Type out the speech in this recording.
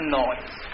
noise